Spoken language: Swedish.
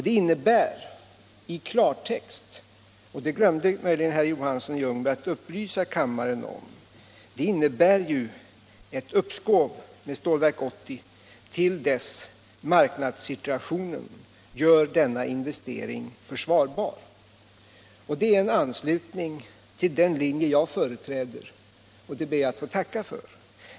Det innebär i klartext — detta glömde möjligen herr Johansson i Ljungby att upplysa kammaren om — ett uppskov med Stålverk 80 till dess marknadssituationen gör denna investering försvarbar. Det är i anslutning till den linje jag företräder, och det ber jag att få tacka för.